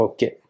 Okay